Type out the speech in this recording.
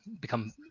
become